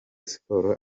sports